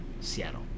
Seattle